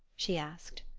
she asked.